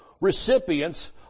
recipients